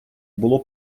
було